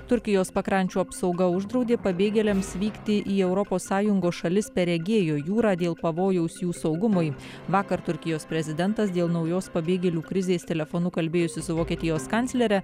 turkijos pakrančių apsauga uždraudė pabėgėliams vykti į europos sąjungos šalis per egėjo jūrą dėl pavojaus jų saugumui vakar turkijos prezidentas dėl naujos pabėgėlių krizės telefonu kalbėjosi su vokietijos kanclere